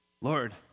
Lord